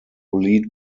lead